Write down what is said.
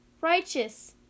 Righteous